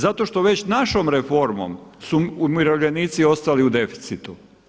Zato što već našom reformom su umirovljenici ostali u deficitu.